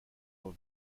over